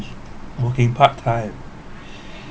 working part time